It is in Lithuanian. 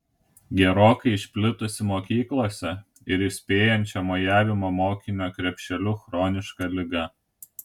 gerokai išplitusi mokyklose ir įspėjančio mojavimo mokinio krepšeliu chroniška liga